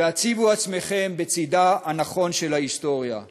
והציבו עצמכם בצדה הנכון של ההיסטוריה.